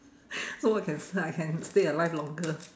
so I can I can stay alive longer